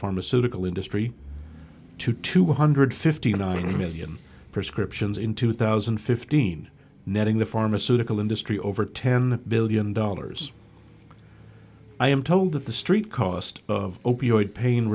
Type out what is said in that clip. pharmaceutical industry to two hundred fifty nine million prescriptions in two thousand and fifteen netting the pharmaceutical industry over ten billion dollars i am told that the street cost of